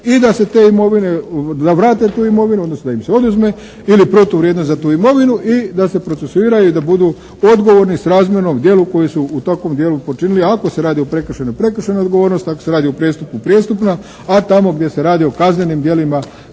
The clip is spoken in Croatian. i da se te imovine, da vrate tu imovinu odnosno da im se oduzme ili protuvrijednost za tu imovinu i da se procesuiraju i da budu odgovorni srazmjerno djelu koje su u takvom dijelu počinili. Ako se radi o prekršajnoj prekršajna odgovornost, ako se radi o prijestupu prijestupna, a tamo gdje se radi o kaznenim djelima